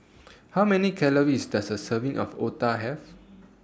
How Many Calories Does A Serving of Otah Have